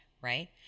right